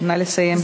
נא לסיים.